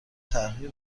تحقیقی